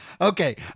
Okay